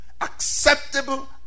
acceptable